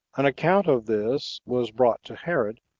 an account of this was brought to herod,